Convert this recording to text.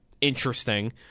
interesting